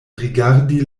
rigardi